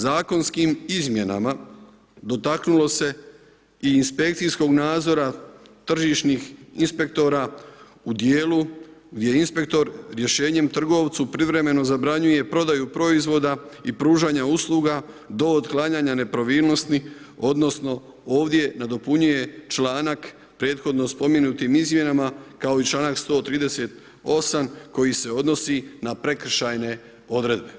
Zakonskim izmjenama dotaknulo se i inspekcijskih nadzora, tržišnih inspektora, u dijelu gdje inspektor rješenjem trgovcu privremenu zabranjuje prodaju proizvodu i pružanju usluga do otklanjanja nepravilnosti, odnosno, ovdje nadopunjuje članak prethodno spomenutim izmjenama, kao i čl. 138. koji se odnosi na prekršajne odredbe.